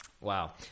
wow